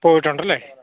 പോയിട്ടുണ്ടല്ലേ